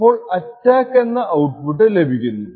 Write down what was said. അപ്പോൾ അറ്റാക്ക് എന്ന ഔട്പുട്ട് ലഭിക്കുന്നു